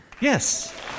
yes